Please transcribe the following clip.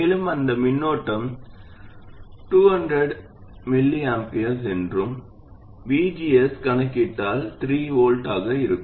மேலும் இந்த மின்னோட்டம் 200 µA என்றும் VGS கணக்கிட்டால் 3 V ஆக வரும்